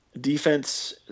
defense